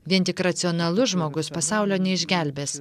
vien tik racionalus žmogus pasaulio neišgelbės